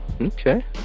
Okay